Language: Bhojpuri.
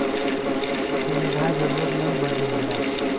सुविधा जरूरतमन्द बदे होला